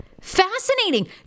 Fascinating